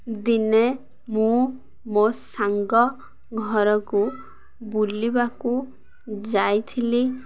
ଦିନେ ମୁଁ ମୋ ସାଙ୍ଗ ଘରକୁ ବୁଲିବାକୁ ଯାଇଥିଲି